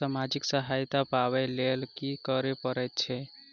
सामाजिक सहायता पाबै केँ लेल की करऽ पड़तै छी?